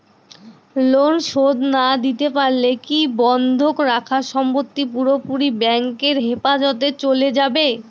Loan শোধ না দিতে পারলে কি বন্ধক রাখা সম্পত্তি পুরোপুরি ব্যাংকের হেফাজতে চলে যাবে?